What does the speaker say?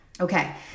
okay